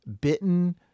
bitten